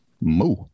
Moo